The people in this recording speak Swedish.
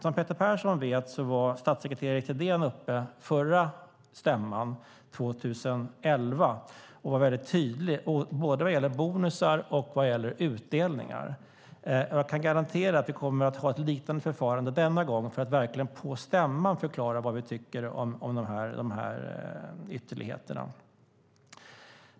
Som Peter Persson vet var statssekreterare Erik Thedéen uppe förra stämman 2011. Han var tydlig i frågan om bonusar och utdelningar. Jag kan garantera att vi kommer att ha ett liknande förfarande denna gång för att på stämman verkligen förklara vad vi tycker om ytterligheterna.